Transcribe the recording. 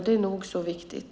Det är nog så viktigt.